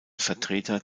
vertreter